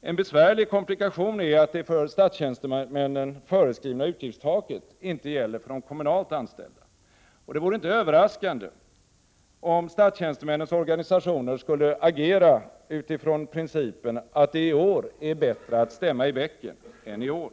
En besvärlig komplikation är att det för statstjänstemännen föreskrivna utgiftstaket inte gäller för de kommunalt anställda. Det vore inte överraskande om statstjäns temännens organisationer skulle agera utifrån principen att det i år är bättre att stämma i bäcken än i ån.